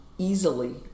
Easily